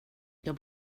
jag